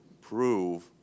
prove